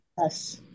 Yes